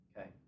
okay